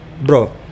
bro